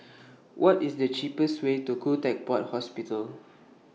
What IS The cheapest Way to Khoo Teck Puat Hospital